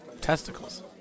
testicles